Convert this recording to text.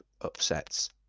upsets